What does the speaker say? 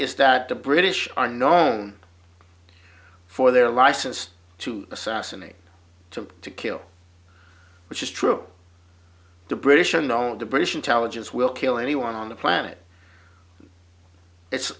is that the british are known for their license to assassinate to to kill which is true to british unknown to british intelligence will kill anyone on the planet